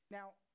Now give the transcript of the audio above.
Now